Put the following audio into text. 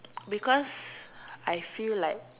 because I feel like